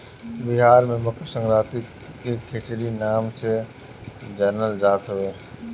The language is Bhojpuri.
बिहार में मकरसंक्रांति के खिचड़ी नाम से जानल जात हवे